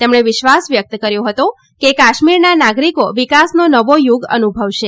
તેમણે વિશ્વાસ વ્યક્ત કર્યો હતો કે કાશ્મીરના નાગરિકો વિકાસનો નવો યુગ અનુભવશે